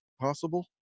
possible